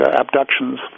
abductions